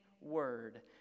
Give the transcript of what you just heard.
word